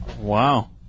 Wow